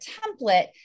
template